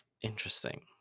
Interesting